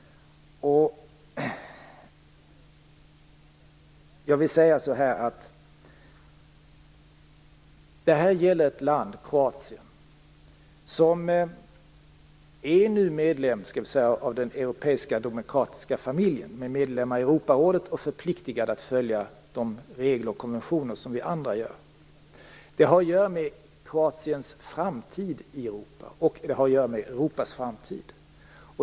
Jag vill säga att detta gäller ett land, Kroatien, som nu är medlem av den europeiska demokratiska familjen. Kroatien är medlem i Europarådet och förpliktigat att följa regler och konventioner som vi andra. Det har att göra med Kroatiens framtid i Europa, och det har att göra med Europas framtid.